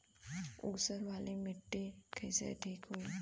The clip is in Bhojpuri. ऊसर वाली मिट्टी कईसे ठीक होई?